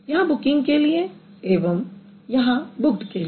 यहाँ बुकिंग के लिए एवं यहाँ बुक्ड के लिए